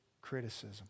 criticism